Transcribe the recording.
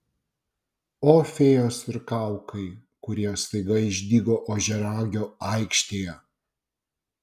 o fėjos ir kaukai kurie staiga išdygo ožiaragio aikštėje